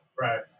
right